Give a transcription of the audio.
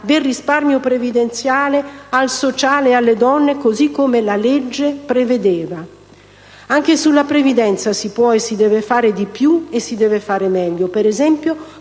del risparmio previdenziale al sociale e alle donne, così come la legge prevedeva. Anche sulla previdenza si può e si deve fare di più e si deve fare meglio.